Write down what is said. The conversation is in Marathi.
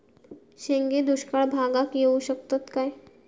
शेंगे दुष्काळ भागाक येऊ शकतत काय?